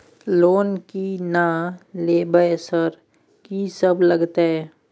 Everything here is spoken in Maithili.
लोन की ना लेबय सर कि सब लगतै?